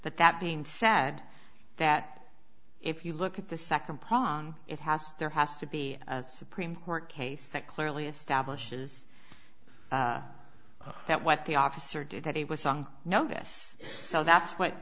but that being said that if you look at the second prong it has there has to be a supreme court case that clearly establishes that what the officer did that he was young notice so that's what